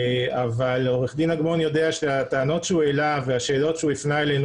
אבל עורך דין אגמון יודע שהטענות שהוא העלה והשאלות שהוא הפנה אלינו